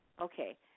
Okay